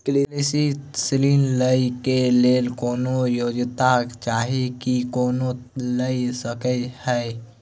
कृषि ऋण लय केँ लेल कोनों योग्यता चाहि की कोनो लय सकै है?